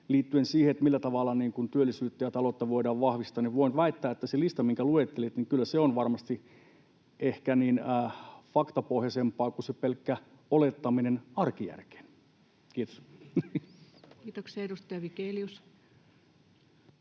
liittyen siihen, millä tavalla työllisyyttä ja taloutta voidaan vahvistaa, niin voin väittää, että kyllä se lista, minkä luettelit, on varmasti ehkä faktapohjaisempaa kuin se pelkkä olettaminen arkijärjen pohjalta. — Kiitoksia. [Speech